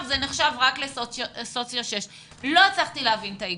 אלא נחשב רק לסוציו 6. לא הצלחתי להבין את ההיגיון.